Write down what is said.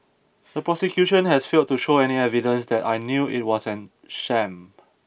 the prosecution has failed to show any evidence that I knew it was an sham